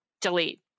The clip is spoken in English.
delete